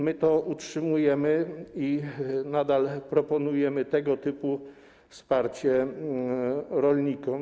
My to utrzymujemy i nadal proponujemy tego typu wsparcie rolnikom.